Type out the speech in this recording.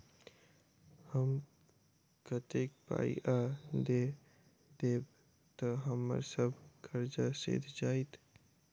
हम कतेक पाई आ दऽ देब तऽ हम्मर सब कर्जा सैध जाइत?